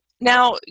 now